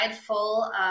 full